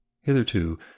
Hitherto